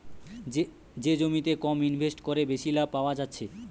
যে জমিতে কম ইনভেস্ট কোরে বেশি লাভ পায়া যাচ্ছে